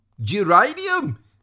geranium